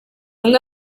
umwe